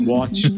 Watch